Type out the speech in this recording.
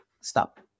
stop